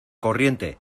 corriente